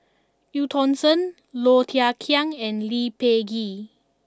Eu Tong Sen Low Thia Khiang and Lee Peh Gee